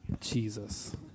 Jesus